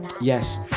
Yes